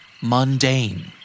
Mundane